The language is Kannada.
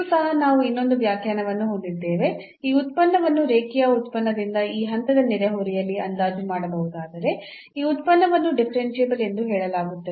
ಇಲ್ಲಿಯೂ ಸಹ ನಾವು ಇನ್ನೊಂದು ವ್ಯಾಖ್ಯಾನವನ್ನು ಹೊಂದಿದ್ದೇವೆ ಈ ಉತ್ಪನ್ನವನ್ನು ರೇಖೀಯ ಉತ್ಪನ್ನದಿಂದ ಈ ಹಂತದ ನೆರೆಹೊರೆಯಲ್ಲಿ ಅಂದಾಜು ಮಾಡಬಹುದಾದರೆ ಈ ಉತ್ಪನ್ನವನ್ನು ಡಿಫರೆನ್ಸಿಬಲ್ ಎಂದು ಹೇಳಲಾಗುತ್ತದೆ